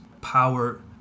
Power